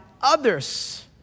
others